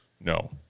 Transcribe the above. No